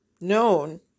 known